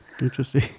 Interesting